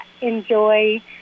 enjoy